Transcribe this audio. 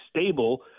stable